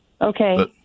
Okay